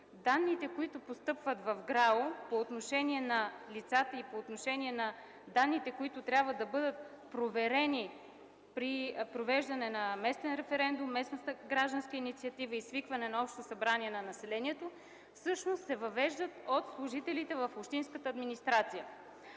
данните, които постъпват в ГРАО по отношение на лицата и по отношение на данните, които трябва да бъдат проверени при провеждане на местен референдум, местна гражданска инициатива и свикване на общо събрание на населението, се въвеждат от служителите в общинската администрация.